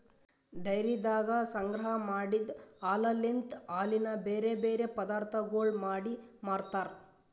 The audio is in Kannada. ಡೈರಿದಾಗ ಸಂಗ್ರಹ ಮಾಡಿದ್ ಹಾಲಲಿಂತ್ ಹಾಲಿನ ಬ್ಯಾರೆ ಬ್ಯಾರೆ ಪದಾರ್ಥಗೊಳ್ ಮಾಡಿ ಮಾರ್ತಾರ್